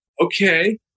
Okay